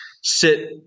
sit